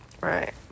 Right